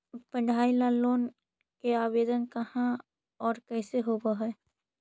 पढाई ल लोन के आवेदन कहा औ कैसे होब है?